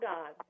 God